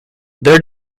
their